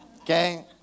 okay